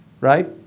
right